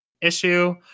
issue